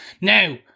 Now